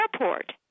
Airport